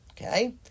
Okay